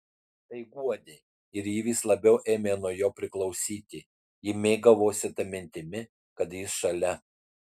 tai guodė ir ji vis labiau ėmė nuo jo priklausyti ji mėgavosi ta mintimi kad jis šalia